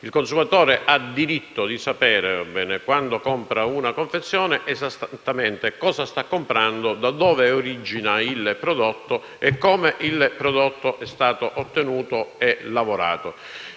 Il consumatore ha diritto di sapere quando compra una confezione esattamente che cosa sta comprando, da dove origina il prodotto e come il prodotto è stato ottenuto e lavorato.